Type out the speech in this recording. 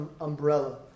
umbrella